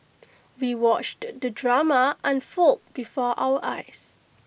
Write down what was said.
we watched the drama unfold before our eyes